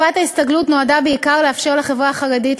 תקופת ההסתגלות נועדה בעיקר לאפשר לחברה החרדית